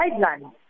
guidelines